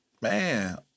man